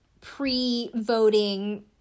pre-voting